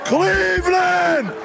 Cleveland